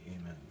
Amen